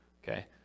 Okay